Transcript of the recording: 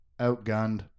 outgunned